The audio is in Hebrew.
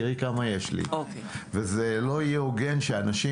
תראי כמה יש לי וזה לא יהיה הוגן שאנשים